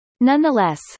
Nonetheless